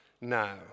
now